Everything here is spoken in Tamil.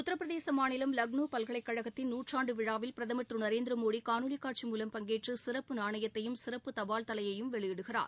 உத்திரபிரதேசமாநிலம் லக்னோபல்கலைக்கழகத்தின் நூற்றாண்டுவிழாவில் பிரதமர் திருநரேந்திரமோடிகாணொலிகாட்சி மூலம் பங்கேற்றுசிறப்பு நாணயத்தையும் சிறப்பு தபால் தலையையும் வெளியிடுகிறார்